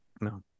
No